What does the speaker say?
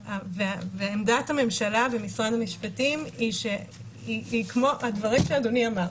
עמדת הממשלה ומשרד המשפטים היא כמו הדברים שאדוני אמר.